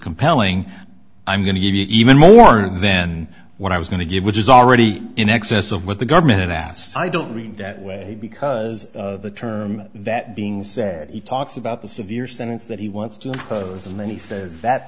compelling i'm going to give you even more then what i was going to give which is already in excess of what the government asked i don't read that way because the term that being said he talks about the severe sentence that he wants to close and then he says that